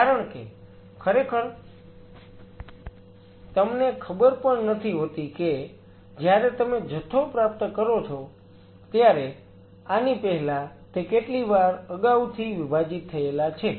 કારણ કે ખરેખર તમને ખબર પણ નથી હોતી કે જ્યારે તમે જથ્થો પ્રાપ્ત કરો છો ત્યારે આની પહેલા તે કેટલીવાર અગાઉથી વિભાજીત થયેલા છે